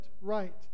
right